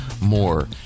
more